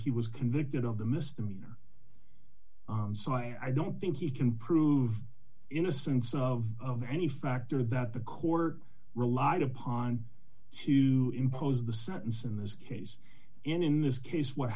he was convicted of the misdemeanor so i don't think he can prove innocence of any factor that the court relied upon to impose the sentence in this case in this case what